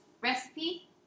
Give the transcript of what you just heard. recipe